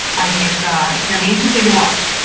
i think it's ah it's going to be interesting to watch.